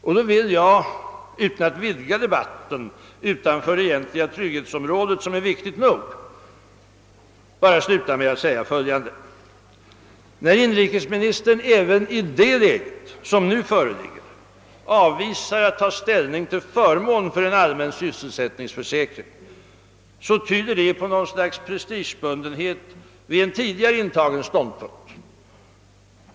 Jag vill — utan att vidga debatten utanför det egentliga trygghetsområdet, som är viktigt nog — för det första konstatera att när inrikesministern även i det läge som nu föreligger avvisar att ta ställning till förmån för en allmän sysselsättningsförsäkring tyder detta på något slags prestigebundenhet vid en tidigare intagen ståndpunkt.